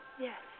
Yes